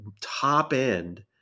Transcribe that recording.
top-end